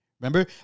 Remember